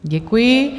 Děkuji.